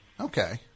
okay